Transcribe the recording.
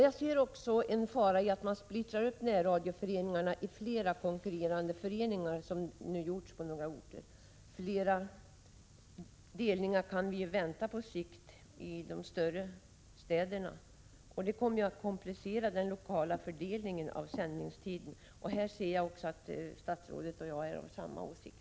Jag ser också en fara i att splittra upp närradioföreningarna i flera konkurrerande föreningar, som har skett på några orter. Fler delningar kan vi vänta på sikt, i de större städerna. Detta kommer att komplicera den lokala fördelningen av sändningstiden. På den punkten ser jag att statsrådet och jag har samma åsikt.